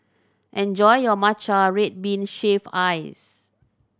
enjoy your matcha red bean shaved ice